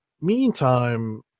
meantime